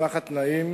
משפחת נעים,